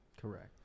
Correct